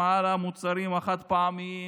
כולו תעתוע אחד גדול.